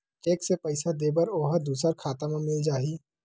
Cheque से पईसा दे बर ओहा दुसर खाता म मिल जाही?